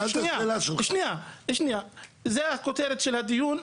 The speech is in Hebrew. אז זו הכותרת של הדיון,